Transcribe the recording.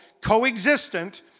co-existent